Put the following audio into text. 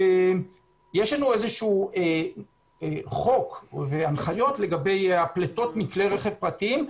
יש לנו חוק והנחיות לגבי הפליטות מכלי רכב פרטיים,